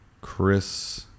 Chris